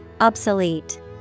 obsolete